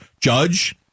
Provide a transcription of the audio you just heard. Judge